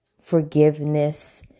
forgiveness